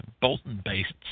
Bolton-based